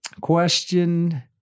Question